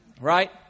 Right